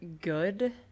good